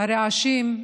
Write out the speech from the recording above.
הרעשים,